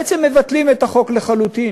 בעצם מבטלים את החוק לחלוטין.